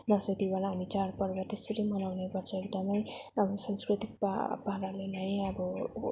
दसैँ तिहार हामी चाडपर्व त्यसरी मनाउने गर्छ एकदमै अब सांस्कृतिक पाराले नै अब